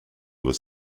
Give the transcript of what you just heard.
was